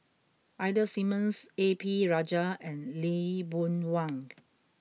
Ida Simmons A P Rajah and Lee Boon Wang